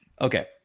Okay